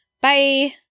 Bye